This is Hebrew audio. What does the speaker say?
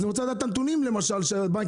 אז אני רוצה לדעת את הנתונים למשל של הבנקים,